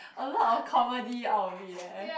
a lot of comedy out of it eh